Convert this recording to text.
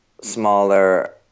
smaller